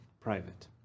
private